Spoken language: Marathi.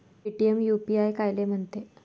पेटीएम यू.पी.आय कायले म्हनते?